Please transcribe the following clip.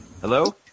hello